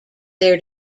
their